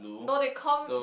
no they call